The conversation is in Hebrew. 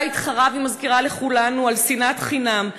הבית חרב, היא מזכירה לכולנו, על שנאת חינם.